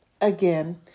again